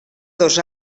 dos